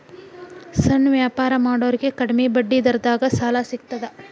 ಸಣ್ಣ ವ್ಯಾಪಾರ ಮಾಡೋರಿಗೆ ಕಡಿಮಿ ಬಡ್ಡಿ ದರದಾಗ್ ಸಾಲಾ ಸಿಗ್ತದಾ?